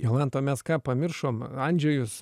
jolanta o mes ką pamiršom andžejus